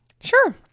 Sure